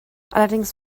allerdings